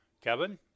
Kevin